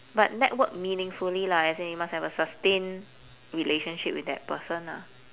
but network meaningfully lah as in you as in you must have a sustained relationship with that person lah